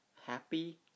happy